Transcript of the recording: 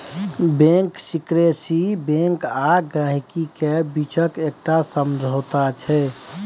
bank secrecy bank आ गांहिकी केर बीचक एकटा समझौता छै